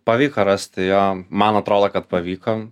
pavyko rasti jo man atrodo kad pavyko